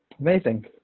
Amazing